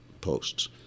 posts